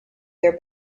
their